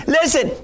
Listen